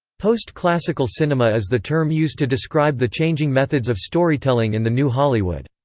post-classical cinema is the term used to describe the changing methods of storytelling in the new hollywood.